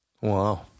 Wow